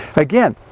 again,